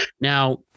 Now